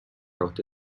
عهده